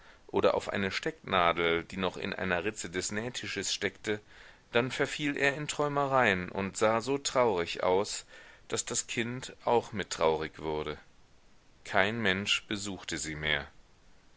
oder auf eine stecknadel die noch in einer ritze des nähtisches steckte dann verfiel er in träumereien und sah so traurig aus daß das kind auch mit traurig wurde kein mensch besuchte sie mehr